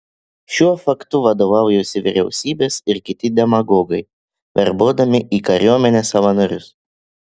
šiuo faktu vadovaujasi vyriausybės ir kiti demagogai verbuodami į kariuomenę savanorius